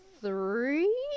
three